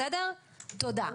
תודה.